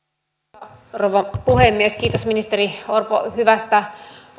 arvoisa rouva puhemies kiitos ministeri orpo hyvästä